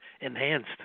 enhanced